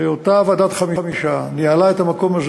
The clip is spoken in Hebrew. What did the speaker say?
שאותה ועדת החמישה ניהלה את המקום הזה